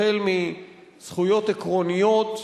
החל מזכויות עקרוניות,